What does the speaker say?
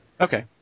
Okay